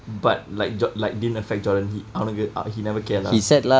but like jo~ like didn't affect jordan he அவனுக்கு:avanukku uh he never care lah